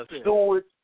Stewart